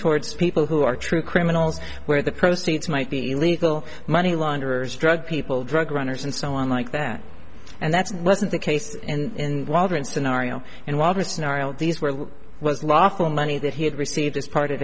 towards people who are true criminals where the proceeds might be illegal money launderers drug people drug runners and so on like that and that's wasn't the case and wildman scenario and walter snarled these were was lawful money that he had received as part of